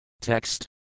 Text